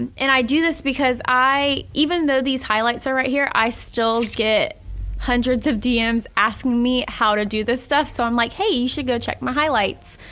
and and i do this because i, even though these highlights are right here, i still get hundreds of dm's asking me how to do this stuff. so i'm like, hey, you should go check my highlights.